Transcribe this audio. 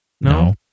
no